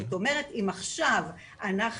זאת אומרת אם עכשיו אנחנו,